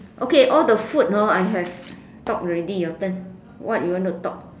okay all the food lor I talk already your turn what do you want to talk